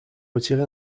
retiré